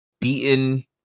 beaten